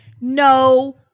no